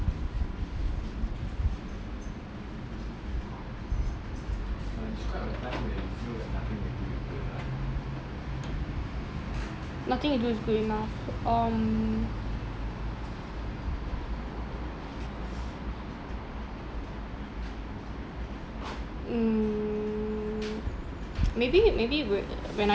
nothing you do is good enough um mm maybe maybe were when I